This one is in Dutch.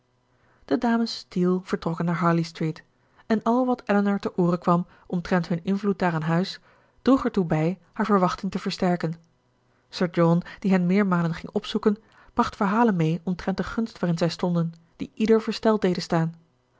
de dames steele vertrokken naar harley street en al wat elinor ter oore kwam omtrent hun invloed daar aan huis droeg ertoe bij haar verwachting te versterken sir john die hen meermalen ging opzoeken bracht verhalen mee omtrent de gunst waarin zij stonden die ieder versteld deden staan